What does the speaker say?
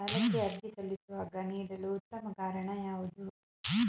ಸಾಲಕ್ಕೆ ಅರ್ಜಿ ಸಲ್ಲಿಸುವಾಗ ನೀಡಲು ಉತ್ತಮ ಕಾರಣ ಯಾವುದು?